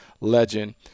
legend